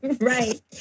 Right